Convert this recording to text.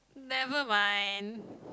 never mind